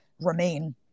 remain